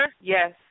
Yes